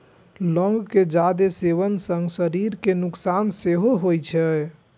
लौंग के जादे सेवन सं शरीर कें नुकसान सेहो होइ छै